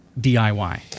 DIY